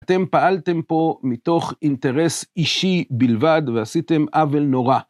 אתם פעלתם פה מתוך אינטרס אישי בלבד, ועשיתם עוול נורא.